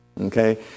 Okay